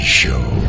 show